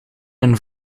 een